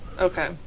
Okay